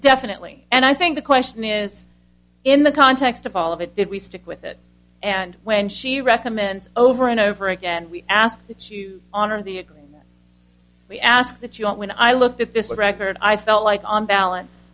definitely and i think the question is in the context of all of it did we stick with it and when she recommends over and over again we ask that you honor the we ask that you don't when i looked at this record i felt like on balance